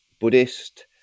Buddhist